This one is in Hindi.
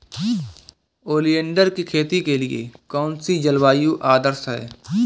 ओलियंडर की खेती के लिए कौन सी जलवायु आदर्श है?